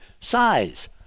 size